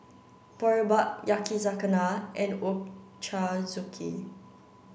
Boribap Yakizakana and Ochazuke